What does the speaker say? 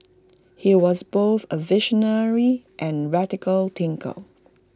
he was both A visionary and A radical thinker